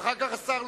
ואחר כך השר,